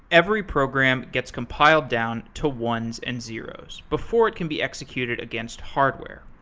every program gets complied down to ones and zeroes before it can be executed against hardware.